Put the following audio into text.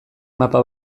mapa